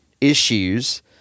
issues